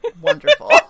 wonderful